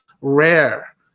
Rare